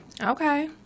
Okay